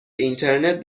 اینترنت